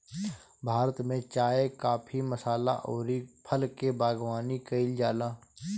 भारत में चाय, काफी, मसाला अउरी फल के बागवानी कईल जाला